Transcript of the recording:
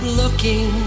looking